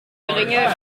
geringe